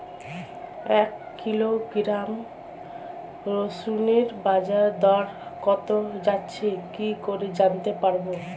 এক কিলোগ্রাম রসুনের বাজার দর কত যাচ্ছে কি করে জানতে পারবো?